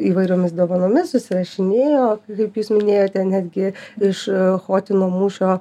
įvairiomis dovanomis susirašinėjo kaip jūs minėjote netgi iš achotino mūšio